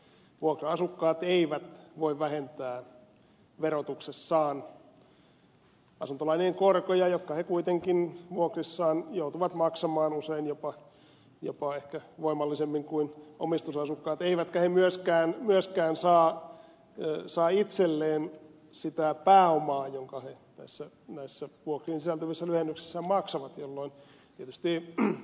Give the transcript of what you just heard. vuokra asukkaat eivät voi vähentää verotuksessaan asuntolainojen korkoja jotka he kuitenkin vuokrissaan joutuvat maksamaan usein jopa ehkä voimallisemmin kuin omistusasukkaat eivätkä he myöskään saa itselleen sitä pääomaa jonka he näissä vuokriin sisältyvissä lyhennyksissä maksavat jolloin tietysti ed